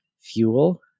Fuel